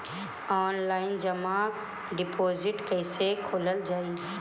Online जमा deposit कैसे खोलल जाइ?